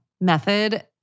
method